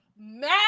Mad